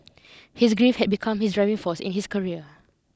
his grief had become his driving force in his career